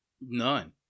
None